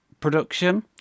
production